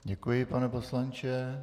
Děkuji, pane poslanče.